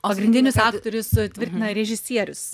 pagrindinius aktorius tvirtina režisierius